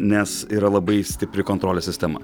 nes yra labai stipri kontrolės sistema